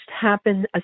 happen